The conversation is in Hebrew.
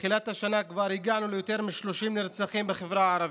מתחילת השנה כבר הגענו ליותר מ-30 נרצחים בחברה הערבית.